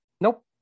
nope